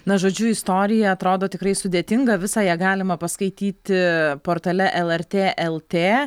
na žodžiu istorija atrodo tikrai sudėtinga visą ją galima paskaityti portale lrt lt